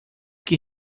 que